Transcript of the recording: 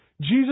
Jesus